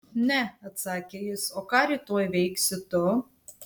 ne atsakė jis o ką rytoj veiksi tu